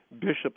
bishops